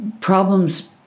problems